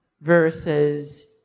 versus